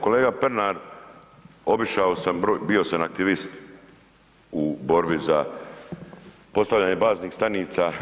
Kolega Pernar, obišao, bio sam aktivist u borbi za postavljanje baznih stanica,